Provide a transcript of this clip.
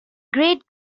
great